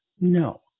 No